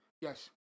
yes